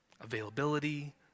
Availability